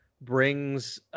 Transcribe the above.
brings